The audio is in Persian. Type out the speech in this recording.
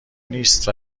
نیست